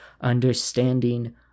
understanding